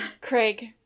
Craig